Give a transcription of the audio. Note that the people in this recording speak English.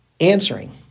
answering